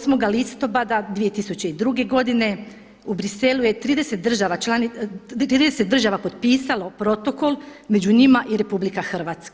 8. listopada 2002. godine u Bruxellesu je 30 država potpisalo Protokol, među njima i RH,